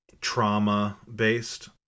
trauma-based